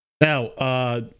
Now